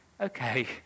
okay